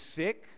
sick